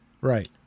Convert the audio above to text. Right